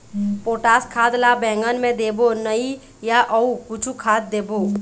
Potash खाद ला बैंगन मे देबो नई या अऊ कुछू खाद देबो?